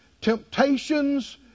temptations